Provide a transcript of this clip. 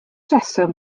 rheswm